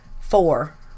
four